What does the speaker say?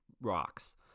rocks